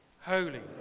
Holy